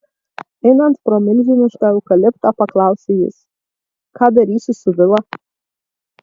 einant pro milžinišką eukaliptą paklausė jis ką darysi su vila